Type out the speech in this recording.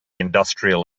industrial